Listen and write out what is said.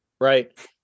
Right